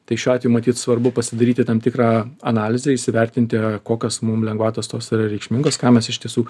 tai šiuo atveju matyt svarbu pasidaryti tam tikrą analizę įsivertinti kokios mum lengvatos tos yra reikšmingos ką mes iš tiesų